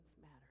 matters